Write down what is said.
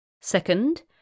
Second